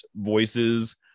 voices